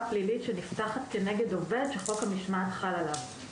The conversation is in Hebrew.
פלילית שנפתחת כנגד עובד שחוק המשמעת חל עליו.